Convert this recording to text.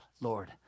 Lord